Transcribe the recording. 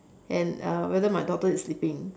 and uh whether my daughter is sleeping